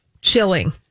Chilling